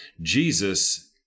Jesus